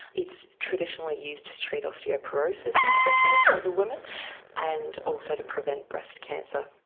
it's traditionally used to treat osteoporosis in postmenopausal women and also to prevent breast cancer.